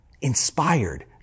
inspired